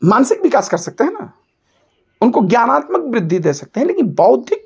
मानसिक विकास कर सकते हैं न उनको ज्ञानात्मक वृद्धि दे सकते हैं लेकिन बौद्धिक